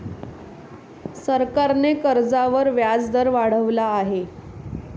सरकारने कर्जावर व्याजदर वाढवला आहे